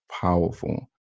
powerful